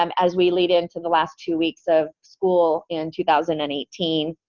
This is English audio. um as we lead into the last two weeks of school in two thousand and eighteen.